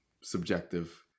subjective